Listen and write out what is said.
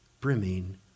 brimming